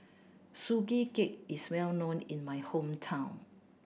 Sugee Cake is well known in my hometown